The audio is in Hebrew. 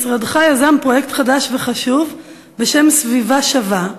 משרדך יזם פרויקט חדש וחשוב בשם "סביבה שווה",